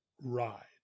ride